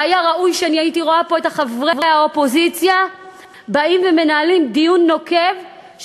והיה ראוי שהייתי רואה פה את חברי האופוזיציה באים ומנהלים דיון נוקב,